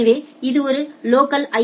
எனவே இது ஒரு லோக்கல் ஐ